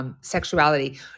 Sexuality